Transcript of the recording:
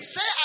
Say